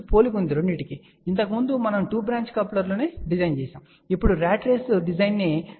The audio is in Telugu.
కాబట్టి ఇంతకుముందు మనము 2 బ్రాంచ్ కప్లర్ను రూపొందించాము ఇప్పుడు ర్యాట్ రేసు డిజైన్ ను అదే 9